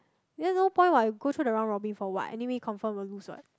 then no point what you go through the round Robin for what anyway you confirm won't lose what